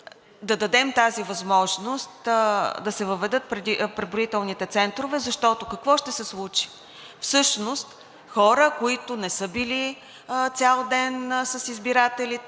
да дадем тази възможност да се въведат преброителните центрове, защото какво ще се случи? Всъщност хора, които не са били цял ден с избирателите